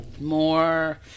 more